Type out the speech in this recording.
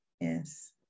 yes